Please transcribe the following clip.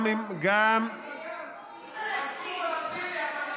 הם רצחו פלסטיני.